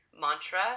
mantra